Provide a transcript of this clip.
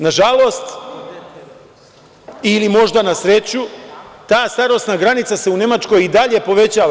Nažalost ili možda na sreću ta starosna granica se u Nemačkoj i dalje povećava.